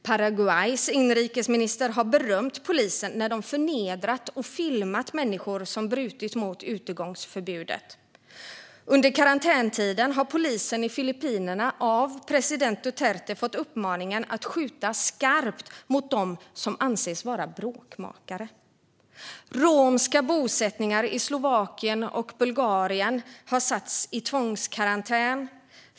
Paraguays inrikesminister har berömt polisen när de förnedrat och filmat människor som brutit mot utegångsförbudet. Under karantänstiden har polisen i Filippinerna av president Duterte fått uppmaningen att skjuta skarpt mot dem som anses vara bråkmakare. Romska bosättningar i Slovakien och Bulgarien har satts i tvångskarantän.